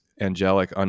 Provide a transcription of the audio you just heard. angelic